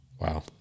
wow